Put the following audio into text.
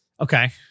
Okay